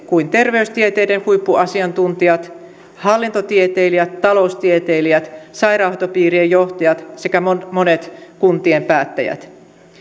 kuin terveystieteiden huippuasiantuntijat hallintotieteilijät taloustieteilijät sairaanhoitopiirien johtajat sekä monet monet kuntien päättäjät